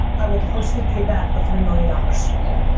i will personally pay back the three million dollars. yeah